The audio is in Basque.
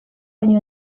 baino